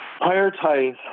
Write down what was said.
prioritize